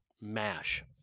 Mash